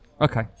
Okay